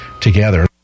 together